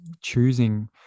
choosing